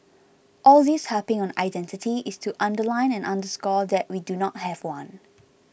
all this harping on identity is to underline and underscore that we do not have one